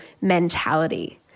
mentality